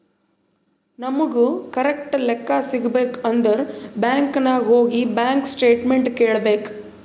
ನಮುಗ್ ಕರೆಕ್ಟ್ ಲೆಕ್ಕಾ ಸಿಗಬೇಕ್ ಅಂದುರ್ ಬ್ಯಾಂಕ್ ನಾಗ್ ಹೋಗಿ ಬ್ಯಾಂಕ್ ಸ್ಟೇಟ್ಮೆಂಟ್ ಕೇಳ್ಬೇಕ್